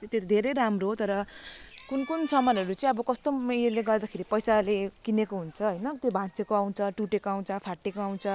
त्यो त धेरै राम्रो हो तर कुन कुन सामानहरू चाहिँ अब कस्तो पनि यसले गर्दाखेरि पैसाले किनेको हुन्छ होइन त्यो भाँचिएको आउँछ टुटेको आउँछ फाटेको आउँछ